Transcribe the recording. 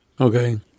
Okay